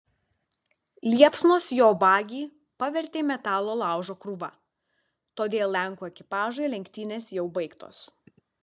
liepsnos jo bagį pavertė metalo laužo krūva todėl lenkų ekipažui lenktynės jau baigtos